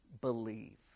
believe